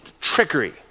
trickery